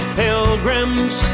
pilgrims